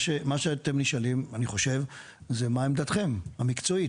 אני חושב שמה שאתם נשאלים זה מה עמדתכם המקצועית.